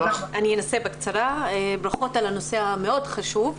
ברכות על הדיון בנושא המאוד חשוב.